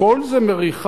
הכול זה מריחה?